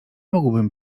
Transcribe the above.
mógłbym